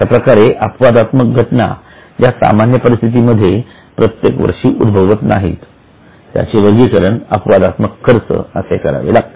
अशा प्रकारच्या अपवादात्मक घटना ज्या सामान्य परिस्थिती मध्ये प्रत्येक वर्षी उद्भवत नाहीत त्यांचे वर्गीकरण अपवादात्मक खर्च असे करावे लागते